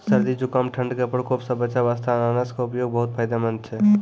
सर्दी, जुकाम, ठंड के प्रकोप सॅ बचै वास्तॅ अनानस के उपयोग बहुत फायदेमंद छै